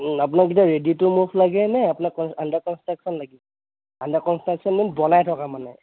আপোনাক এতিয়া ready to move লাগে নে আপোনাক আণ্ডাৰ কন্সট্ৰাকশ্বন লাগে আণ্ডাৰ কন্সট্ৰাকশ্বন বনাই থকা মানে